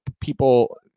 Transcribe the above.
people